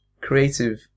creative